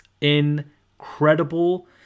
Incredible